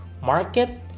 market